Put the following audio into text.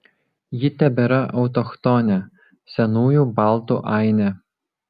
ji tebėra autochtonė senųjų baltų ainė